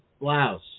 blouse